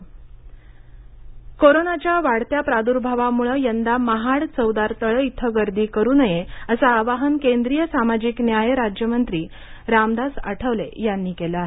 चवदार तळे आवाहन कोरोनाच्या वाढत्या प्रादर्भावामुळे यंदा महाड चवदार तळे इथं गर्दी करू नये असं आवाहन केंद्रीय सामाजिक न्याय राज्यमंत्री रामदास आठवले यांनी केलं आहे